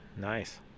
nice